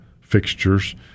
fixtures